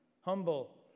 Humble